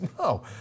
no